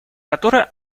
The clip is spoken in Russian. которая